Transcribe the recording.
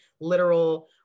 literal